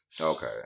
Okay